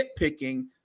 nitpicking